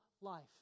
life